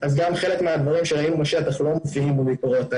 גם חלק מהדברים שראינו בשטח לא מופיעים בביקורות האלה,